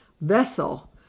vessel